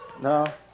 No